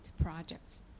projects